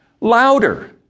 louder